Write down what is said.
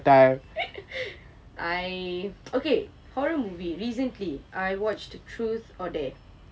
I okay horror movie recently I watched truth or dare